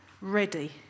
ready